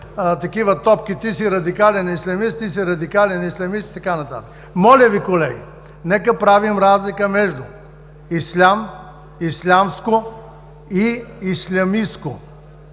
с такива топки: „Ти си радикален ислямист, ти си радикален ислямист“ и така нататък. Моля Ви, колеги, нека правим разлика между ислям, ислямско и ислямистко,